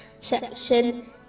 SECTION